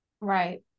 Right